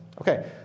Okay